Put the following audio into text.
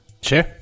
Sure